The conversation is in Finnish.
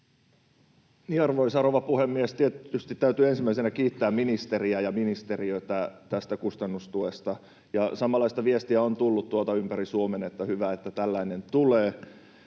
Arvoisa rouva puhemies! Tietysti täytyy ensimmäisenä kiittää ministeriä ja ministeriötä tästä kustannustuesta. Samanlaista viestiä on tullut tuolta ympäri Suomen, että hyvä, että tällainen tulee.